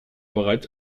bereits